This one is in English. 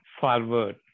forward